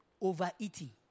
Overeating